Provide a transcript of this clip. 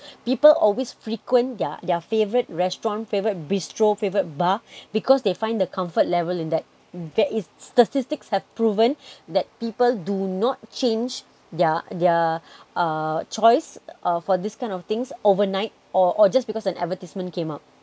people always frequent their their favourite restaurant favourite bistro favourite bar because they find the comfort level in that that is statistics have proven that people do not change their their uh choice for this kind of things overnight or or just because an advertisement came up